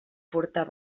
furtar